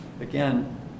Again